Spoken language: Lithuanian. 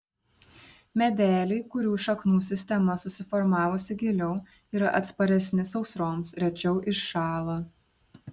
medeliai kurių šaknų sistema susiformavusi giliau yra atsparesni sausroms rečiau iššąla